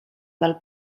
del